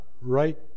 right